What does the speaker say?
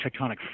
tectonic